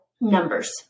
numbers